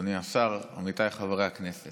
אדוני השר, עמיתיי חברי הכנסת,